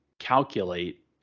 calculate